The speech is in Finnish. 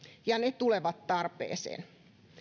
ja ne tulevat tarpeeseen